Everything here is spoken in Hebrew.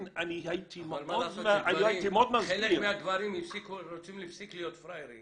אבל מה לעשות שחלק מהגברים רוצים להפסיק להיות פראיירים